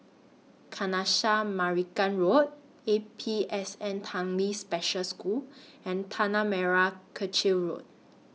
Kanisha Marican Road A P S N Tanglin Special School and Tanah Merah Kechil Road